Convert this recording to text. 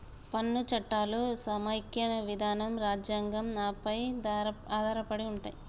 పన్ను చట్టాలు సమైక్య విధానం రాజ్యాంగం పై ఆధారపడి ఉంటయ్